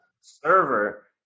server